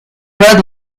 red